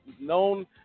known